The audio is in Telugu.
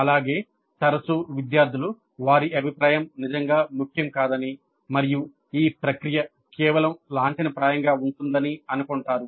అలాగే తరచూ విద్యార్థులు వారి అభిప్రాయం నిజంగా ముఖ్యం కాదని మరియు ఈ ప్రక్రియ కేవలం లాంఛనప్రాయంగా ఉంటుందని అనుకుంటారు